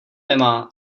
nemá